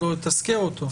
לתזכר אותו?